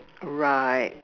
right